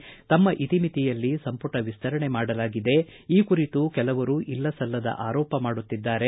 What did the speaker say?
ಯಡಿಯೂರಪ್ಪ ತಮ್ನ ಇತಿಮಿತಿಯಲ್ಲಿ ಸಂಪುಟ ವಿಸ್ತರಣೆ ಮಾಡಲಾಗಿದೆ ಈ ಕುರಿತು ಕೆಲವರು ಇಲ್ಲ ಸಲ್ಲದ ಆರೋಪ ಮಾಡುತ್ತಿದ್ದಾರೆ